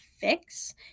fix